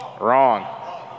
Wrong